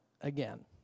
again